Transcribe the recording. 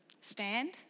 stand